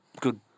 good